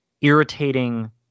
irritating